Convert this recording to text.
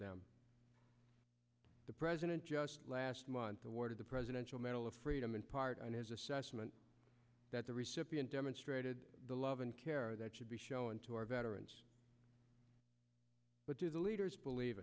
them the president just last month awarded the press central medal of freedom in part on his assessment that the recipient demonstrated the love and care that should be shown to our veterans but do the leaders believe